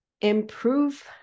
improve